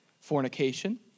fornication